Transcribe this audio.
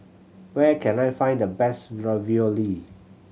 where can I find the best Ravioli